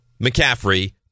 McCaffrey